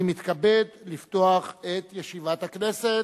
אני מתכבד לפתוח את ישיבת הכנסת.